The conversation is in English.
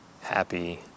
happy